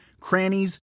crannies